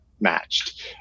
matched